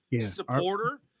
supporter